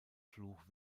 fluch